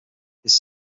his